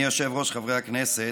אדוני היושב-ראש, חברי הכנסת,